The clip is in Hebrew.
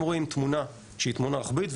הם רואים תמונה שהיא תמונה רוחבית,